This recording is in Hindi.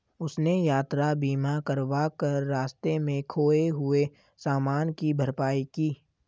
उसने यात्रा बीमा करवा कर रास्ते में खोए हुए सामान की भरपाई की